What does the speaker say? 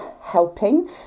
helping